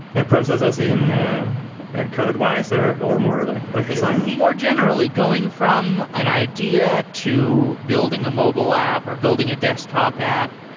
process as in code-wise or or more like design? more generally. going from an idea to building a mobile app or building a desktop app.